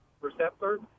receptor